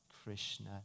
Krishna